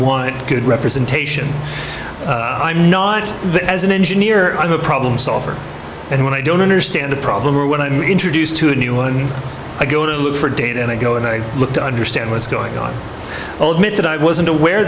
want good representation but as an engineer i'm a problem solver and when i don't understand the problem or what i'm introduced to a new one i go to look for data and i go and i look to understand what's going on old myth that i wasn't aware